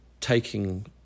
taking